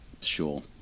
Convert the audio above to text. sure